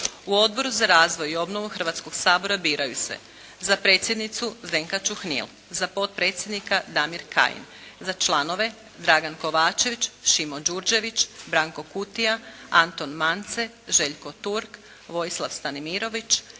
U Odboru za razvoj i obnovu Hrvatskog sabora biraju se: za predsjednicu Zdenka Čuhnil, za potpredsjednika Damir Kajin, za članove Dragan Kovačević, Šimo Đurđević, Branko Kutija, Anton Mance, Željko Turk, Vojislav Stanimirović,